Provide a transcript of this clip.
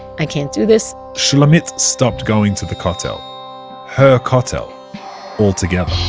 i can't do this shulamit stopped going to the kotel her kotel altogether